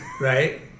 right